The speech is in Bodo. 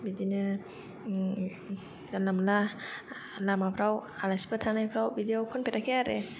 बिदिनो जानला मोनला लामाफ्राव आलासिफोर थानायफ्राव बिदियाव खनफेराखै आरो